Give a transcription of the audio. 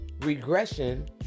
regression